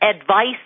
advice